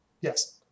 Yes